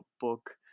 book